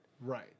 Right